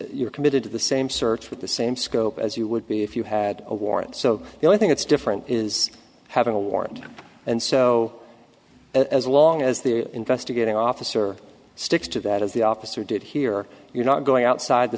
are committed to the same search with the same scope as you would be if you had a warrant so the only thing that's different is having a warrant and so as long as the investigating officer sticks to that as the officer did here you're not going outside the